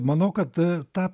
manau kad tą